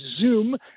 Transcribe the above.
zoom